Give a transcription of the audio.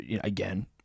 again